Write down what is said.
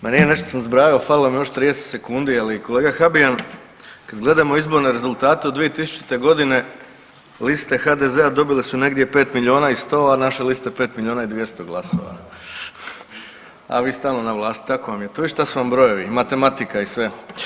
Marina nešto sam zbrajao, falilo mi je još 30 sekundi, ali kolega Habijan, kad gledamo izborne rezultate od 2000.g. liste HDZ-a dobile su negdje 5 milijuna i 100, a naša lista 5 milijuna i 200 glasova, a vi stalno na vlasti, tako vam je to i šta su vam brojevi, matematika i sve.